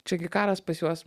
čia gi karas pas juos